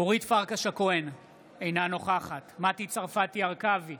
אורית פרקש הכהן, אינה נוכחת מטי צרפתי הרכבי,